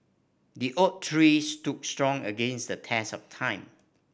the oak tree stood strong against the test of time